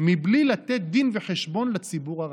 מבלי לתת דין וחשבון לציבור הרחב.